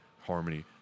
harmony